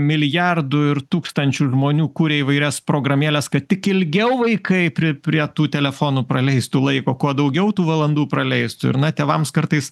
milijardų ir tūkstančių žmonių kuria įvairias programėles kad tik ilgiau vaikai prie prie tų telefonų praleistų laiko kuo daugiau tų valandų praleistų ir na tėvams kartais